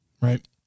right